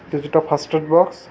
কিছুটা first aid box